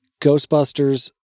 Ghostbusters